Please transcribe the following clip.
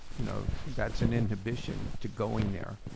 you know that's an inhibition to going there.